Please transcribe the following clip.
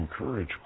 encourage